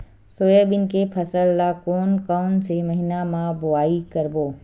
Soybean के फसल ल कोन कौन से महीना म बोआई करबो?